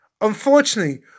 Unfortunately